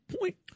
point